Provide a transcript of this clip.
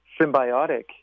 symbiotic